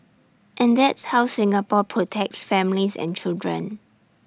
and that's how Singapore protects families and children